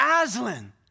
Aslan